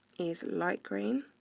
is light green,